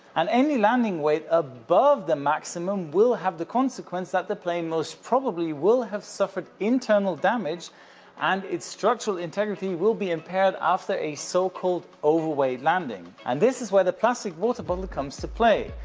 and any landing weight above the maximum will have the consequence that the plane most probably will have suffered internal damage and its structural integrity will be impaired after a so-called overweight landing. and this is where the plastic water bottle comes to play.